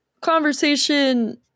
Conversation